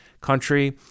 country